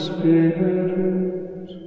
Spirit